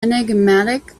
enigmatic